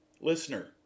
Listener